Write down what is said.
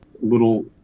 little